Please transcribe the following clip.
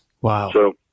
Wow